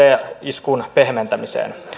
iskun pehmentämiseen